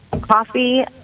coffee